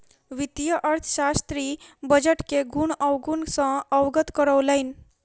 वित्तीय अर्थशास्त्री बजट के गुण अवगुण सॅ अवगत करौलैन